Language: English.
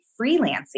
freelancing